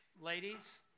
ladies